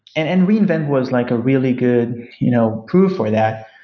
and and reinvent was like a really good you know proof for that,